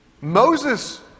Moses